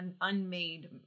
unmade